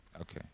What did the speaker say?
Okay